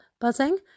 buzzing